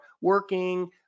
working